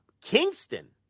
Kingston